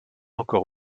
encore